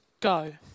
go